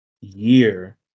year